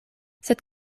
sed